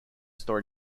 story